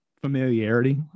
familiarity